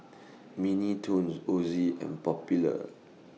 Mini Toons Ozi and Popular